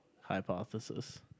hypothesis